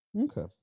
Okay